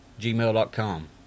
gmail.com